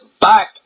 back